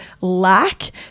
lack